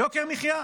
יוקר מחיה.